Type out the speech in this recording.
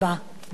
תודה.